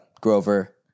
Grover